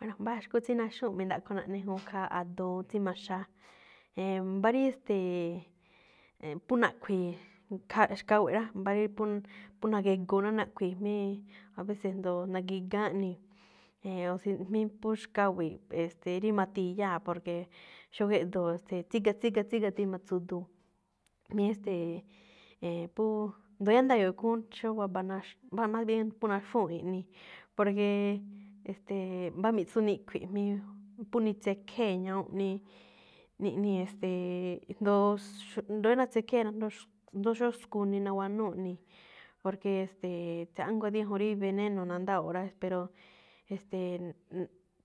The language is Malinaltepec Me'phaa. Bueno, mbáa xkú tsí naxúwu̱nꞌ me̱ndaꞌkho naꞌne khaa juun a̱-a̱doo tsí maxaa. E̱e̱n, mbá rí ste̱e̱, e̱e̱n phú naꞌkhui̱i̱ kha xkawe̱ꞌ rá, mbá rí phú nagegoo ná nakhui̱i̱ jmíí, aveces jndoo nagigáán ꞌnii̱, e̱e̱n o si, mí phú xakwi̱i̱ꞌ, e̱ste̱e̱, rí ma̱thiyáa̱. Porque xóo géꞌdoo̱ tsíga, tsíga, tsíga tima tsu̱du̱u̱, mí e̱ste̱e̱ e̱e̱n phú ndóo yáa rí nda̱yo̱o̱ khúún, xóo waba naax o mbáa más bien, phú naxúwu̱nꞌ iꞌnii̱. Porque e̱ste̱e̱ mbá miꞌtsú nikhui̱ꞌ míí phú nitsekhée̱ ñawúnꞌ, nii niꞌnii̱ e̱ste̱e̱ jndoo ndóo rí natsekhée̱ jndo xó skuni nawanúu̱ ꞌnii̱, porque e̱ste̱e̱ tsiánguá dí ñajuun rí veneno nandáꞌwo̱o̱ꞌ rá, pero e̱ste̱e̱